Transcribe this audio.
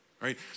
right